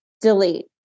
delete